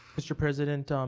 mr. president, um